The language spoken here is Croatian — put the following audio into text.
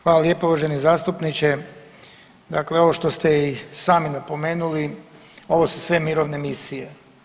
Hvala lijepa uvaženi zastupniče, dakle ovo što ste i sami napomenuli, ovo su sve mirovne misije.